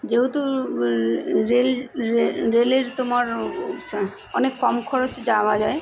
যেহেতু রেল রেলের তোমার সা অনেক কম খরচে যাওয়া যায়